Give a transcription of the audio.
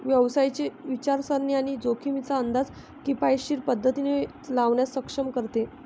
व्यवसायाची विचारसरणी आणि जोखमींचा अंदाज किफायतशीर पद्धतीने लावण्यास सक्षम करते